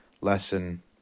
lesson